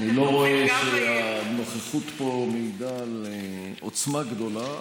אני לא רואה שהנוכחות פה מעידה על עוצמה גדולה,